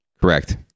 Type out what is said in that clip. Correct